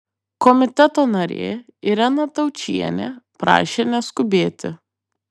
komiteto narė irena taučienė prašė neskubėti